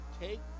Take